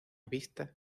vista